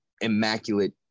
immaculate